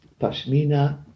pashmina